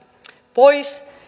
pois